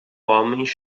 homens